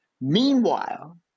Meanwhile